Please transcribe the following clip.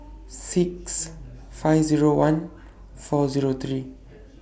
six five Zero one four Zero three